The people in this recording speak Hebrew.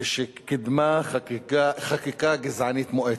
כשקידמה חקיקה גזענית מואצת.